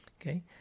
Okay